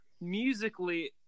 musically